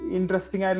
Interesting